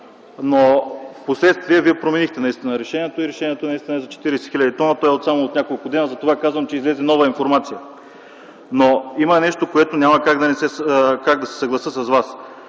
Впоследствие Вие променихте решението, то наистина е за 40 хил. тона и е само от няколко дена, затова казвам, че излезе нова информация. Има обаче нещо, за което няма как да се съглася с Вас.